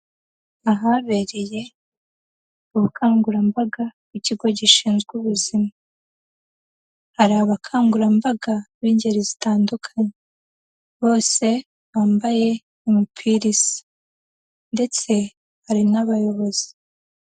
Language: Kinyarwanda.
Ahabereye ubukangurambaga bw'ikigo gishinzwe ubuzima, hari abakangurambaga b'ingeri zitandukanye, bose bambaye umipira isa ndetse hari n'abayobozi.